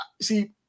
see